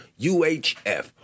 UHF